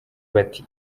bati